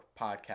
podcast